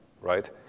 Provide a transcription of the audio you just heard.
right